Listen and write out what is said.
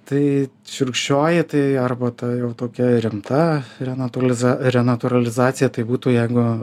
tai šiurkščioji tai arba ta jau tokia rimta renatūraliza renatūralizacija tai būtų jeigu